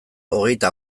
hogeita